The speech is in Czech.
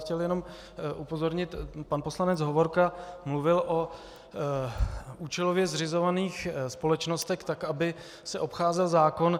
Chtěl bych jenom upozornit pan poslanec Hovorka mluvil o účelově zřizovaných společnostech, tak aby se obcházel zákon.